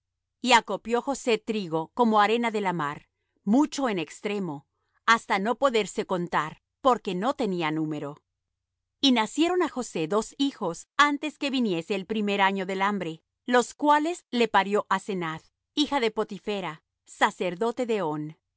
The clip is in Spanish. y acopió josé trigo como arena de la mar mucho en extremo hasta no poderse contar porque no tenía número y nacieron á josé dos hijos antes que viniese el primer año del hambre los cuales le parió asenath hija de potipherah sacerdote de on